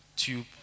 tube